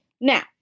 Now